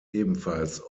ebenfalls